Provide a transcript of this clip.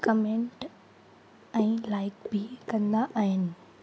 comment ऐं like बि कंदा आहिनि